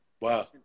wow